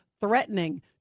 threatening